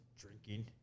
drinking